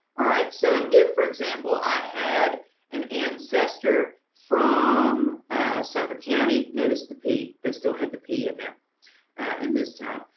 all right, so if for example, i had an ancestor from sumpter county, notice the p, they still have the p in there in this time.